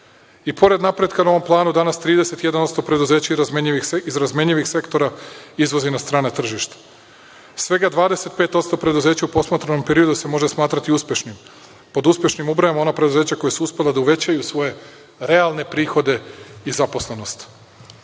pored napretka na ovom planu, danas 31% preduzeća iz razmenljivih sektora izvozi na strana tržišta. Svega 25% preduzeća u posmatranom periodu se može smatrati uspešnim. Pod uspešnim ubrajamo ona preduzeća koja su uspela da uvećaju svoje realne prihode i zaposlenost.S